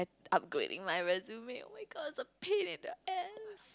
upgrading my resume oh-my-god it's a pain in the ass